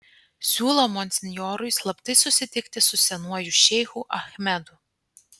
siūlo monsinjorui slaptai susitikti su senuoju šeichu achmedu